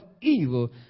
evil